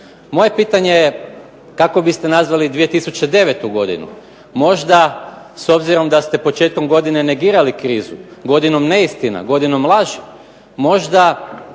Moje pitanje je kako biste nazvali 2009. godinu? Možda, s obzirom da ste početkom godine negirali krizu godinom neistina, godinom laži? Možda,